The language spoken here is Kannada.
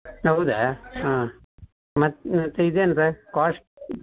ಹೌದಾ ಹಾಂ ಮತ್ತು ಇದೆಂಥ ಕಾಸ್ಟ್